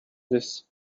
this